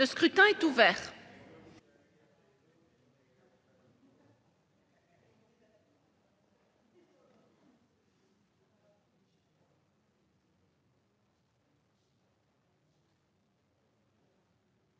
Le scrutin est ouvert.